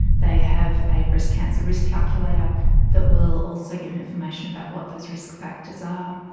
they have a breast cancer risk calculator that will also give information about what those risk factors are.